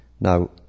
Now